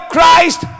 Christ